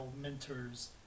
mentors